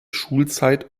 schulzeit